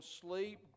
sleep